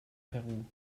peru